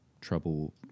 trouble